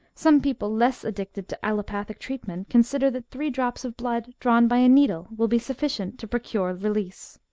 some people less addicted to allopathic treat ment, consider that three drops of blood drawn by a needle, will be sufficient to procure release.